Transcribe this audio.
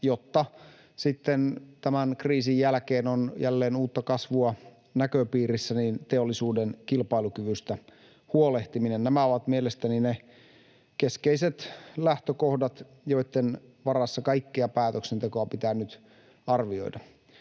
jotta sitten tämän kriisin jälkeen on jälleen uutta kasvua näköpiirissä, niin teollisuuden kilpailukyvystä huolehtiminen. Nämä ovat mielestäni ne keskeiset lähtökohdat, joitten varassa kaikkea päätöksentekoa pitää nyt arvioida.